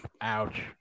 Ouch